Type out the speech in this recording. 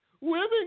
women